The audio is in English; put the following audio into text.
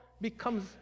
becomes